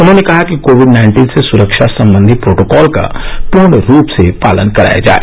उन्होंने कहा कि कोविड नाइन्टीन से सुरक्षा संबंदी प्रोटोकॉल का पूर्ण रूप से पालन कराया जाए